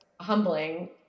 humbling